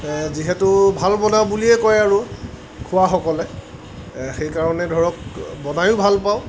যিহেতু ভাল বনাওঁ বুলিয়েই কয় আৰু খোৱাসকলে সেইকাৰণে ধৰক বনায়ো ভাল পাওঁ